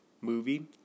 movie